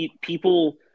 people